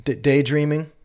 daydreaming